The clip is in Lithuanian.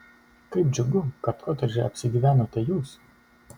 kaip džiugu kad kotedže apsigyvenote jūs